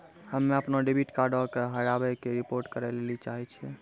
हम्मे अपनो डेबिट कार्डो के हेराबै के रिपोर्ट करै लेली चाहै छियै